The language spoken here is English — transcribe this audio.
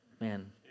man